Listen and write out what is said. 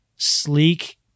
sleek